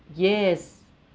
yes